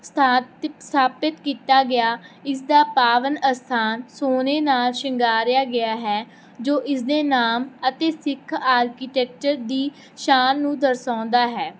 ਸਥਾਪਿਤ ਸਥਾਪਿਤ ਕੀਤਾ ਗਿਆ ਇਸ ਦਾ ਪਾਵਨ ਅਸਥਾਨ ਸੋਨੇ ਨਾਲ ਸ਼ਿੰਗਾਰਿਆ ਗਿਆ ਹੈ ਜੋ ਇਸਦੇ ਨਾਮ ਅਤੇ ਸਿੱਖ ਆਰਕੀਟੈਕਚਰ ਦੀ ਸ਼ਾਨ ਨੂੰ ਦਰਸਾਉਂਦਾ ਹੈ